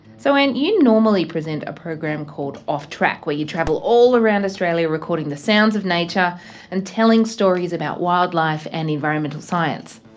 so ann, you normally present a program called off track where you travel all around australia recording the sounds of nature and telling stories about wildlife and environmental science.